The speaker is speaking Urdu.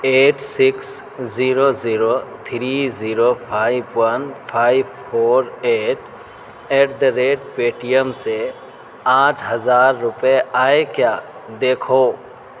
at six zero zero three zero five one five four eight at the rate Paytm سے آٹھ ہزار روپئے آئے کیا دیکھو